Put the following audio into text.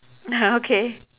uh okay